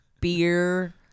beer